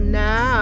now